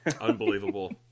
Unbelievable